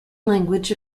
language